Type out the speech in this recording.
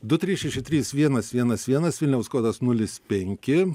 du trys šeši trys vienas vienas vienas vilniaus kodas nulis penki